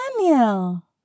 Daniel